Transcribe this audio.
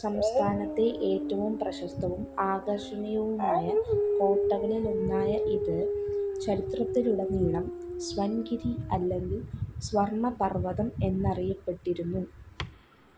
സംസ്ഥാനത്തെ ഏറ്റവും പ്രശസ്തവും ആകർഷണീയവുമായ കോട്ടകളിലൊന്നായ ഇത് ചരിത്രത്തിലുടനീളം സ്വൻഗിരി അല്ലങ്കിൽ സ്വർണ്ണ പർവ്വതം എന്ന് അറിയപ്പെട്ടിരുന്നു